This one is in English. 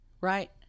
right